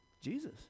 Jesus